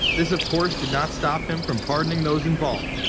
this, of course, did not stop him from pardoning those involved.